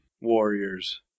Warriors